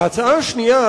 ההצעה השנייה